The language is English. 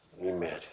Amen